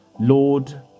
Lord